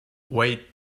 wait